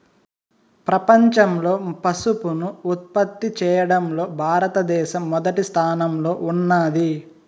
ప్రపంచంలో పసుపును ఉత్పత్తి చేయడంలో భారత దేశం మొదటి స్థానంలో ఉన్నాది